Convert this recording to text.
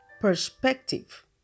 perspective